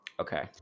Okay